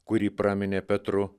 kurį praminė petru